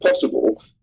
possible